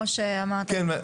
כן,